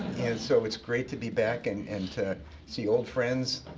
and so, it's great to be back, and and to see old friends.